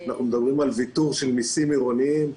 אנחנו מדברים על ויתור מיסים עירוניים.